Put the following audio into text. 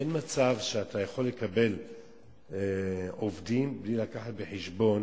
אין מצב שאתה יכול לקבל עובדים, בלי להביא בחשבון